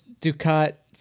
Ducat